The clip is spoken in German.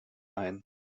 ein